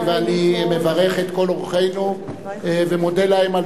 אני מברך את כל אורחינו ומודה להם על